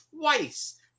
twice